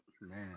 man